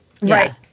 Right